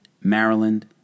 Maryland